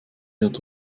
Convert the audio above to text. wird